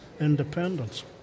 independence